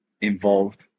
involved